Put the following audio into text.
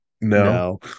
No